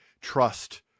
trust